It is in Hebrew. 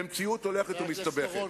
במציאות הולכת ומסתבכת.